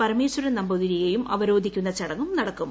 പരമേശ്വരൻ നമ്പൂതിരിയെയും അവരോധിക്കുന്ന ചടങ്ങും നടക്കും